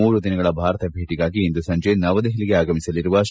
ಮೂರು ದಿನಗಳ ಭಾರತ ಭೇಟಿಗಾಗಿ ಇಂದು ಸಂಜೆ ನವದೆಹಲಿಗೆ ಆಗಮಿಸಲಿರುವ ಳು